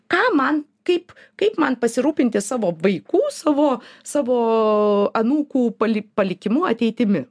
ką man kaip kaip man pasirūpinti savo vaikų savo savo anūkų pali palikimu ateitimi